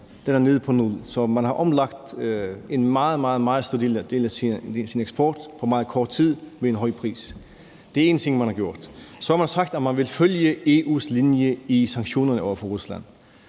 Den er nede på nul. Så man har omlagt en meget, meget stor del af sin eksport på meget kort tid med en høj pris. Det er en ting, man har gjort. Så har man sagt, at man vil følge EU's linje i sanktionerne over for Rusland.